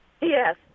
Yes